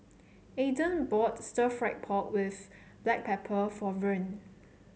Ayden bought Stir Fried Pork with Black Pepper for Vern